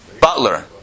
butler